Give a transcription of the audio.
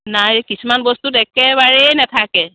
নাই এই কিছুমান বস্তুত একেবাৰেই নেথাকে